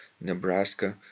Nebraska